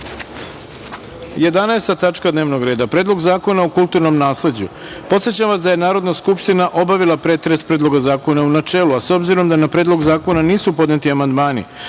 tačka dnevnog reda – Predlog zakona o kulturnom nasleđu. Podsećam vas da je Narodna skupština obavila pretres Predloga zakona u načelu, a s obzirom da na Predlog zakona nisu podneti amandmani